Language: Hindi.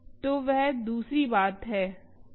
तो वह दूसरी बात है